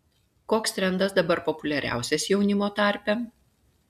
koks trendas dabar populiariausias jaunimo tarpe